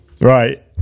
right